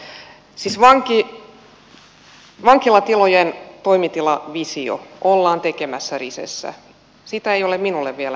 siis vankilatilojen toimitilavisiota ollaan tekemässä risessä sitä ei ole minulle vielä esitetty